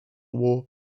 war